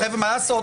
חבר'ה, מה לעשות?